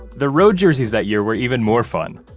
their road jerseys that year were even more fun,